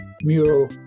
mural